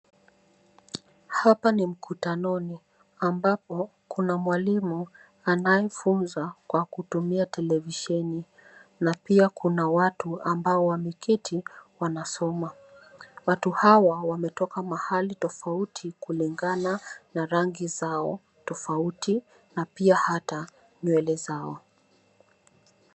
Hapa ni mkutanoni, ambapo, kuna mwalimu, anayefunza kwa kutumia televisheni, na pia kuna watu, ambao wameketi, wanasoma. Watu hawa, wametoka mahali tofauti, kulingana na rangi zao, tofauti, na pia hata, nywele zao.